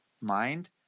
mind